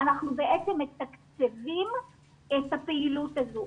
אנחנו בעצם מתקצבים את הפעילות הזו.